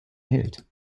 hält